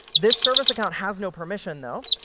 this service account has no permission, though.